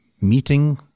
meeting